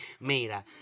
Mira